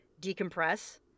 decompress